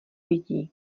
lidí